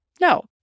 No